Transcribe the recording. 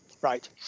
Right